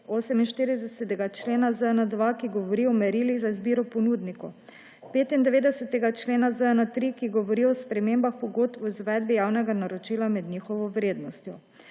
48. člena ZJN-2, ki govori o merilih za izbiro ponudnikov, 95. člena ZJN-3, ki govori o spremembah pogodb o izvedbi javnega naročila med njihovo vrednostjo.